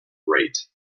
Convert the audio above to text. great